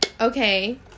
Okay